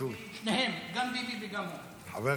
שניהם גם ביבי וגם הוא.